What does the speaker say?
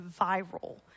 viral